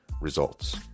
Results